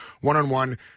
one-on-one